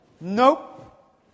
Nope